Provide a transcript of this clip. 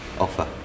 offer